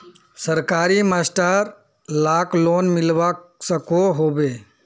सरकारी मास्टर लाक लोन मिलवा सकोहो होबे?